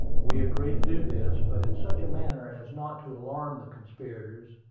we agreed to do this, but in such a manner as not to alarm the conspirators,